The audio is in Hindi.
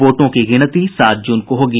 वोटों की गिनती सात जून को होगी